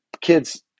kids